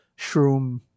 shroom